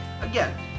Again